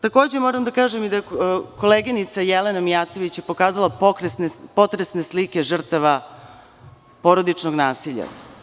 Takođe, moram da kažem i da je koleginica Jelena Mijatović koja je pokazala potresne slike žrtava porodičnog nasilja.